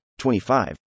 25